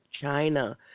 China